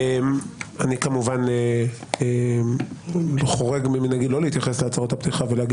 אני כמובן חורג ממנהגי לא להתייחס להצהרות הפתיחה ואומר